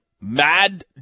Mad